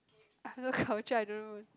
I have no culture I don't even